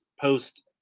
post